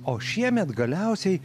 o šiemet galiausiai